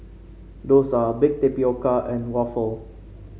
dosa Baked Tapioca and waffle